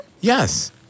Yes